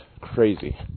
crazy